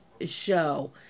show